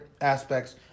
aspects